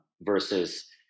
Versus